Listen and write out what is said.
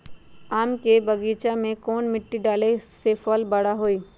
आम के बगीचा में कौन मिट्टी डाले से फल बारा बारा होई?